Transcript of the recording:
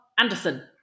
Anderson